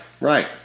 right